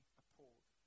appalled